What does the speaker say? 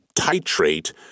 titrate